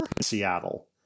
Seattle